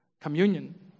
communion